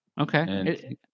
Okay